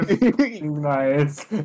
Nice